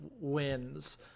wins